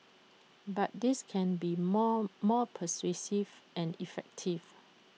but this can be more more pervasive and effective